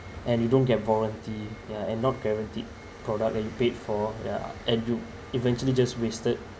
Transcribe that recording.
and you don't get warranty yeah and not guaranteed product that you paid yeah and you eventually just wasted